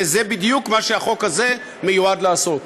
וזה בדיוק מה שהחוק הזה מיועד לעשות.